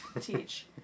teach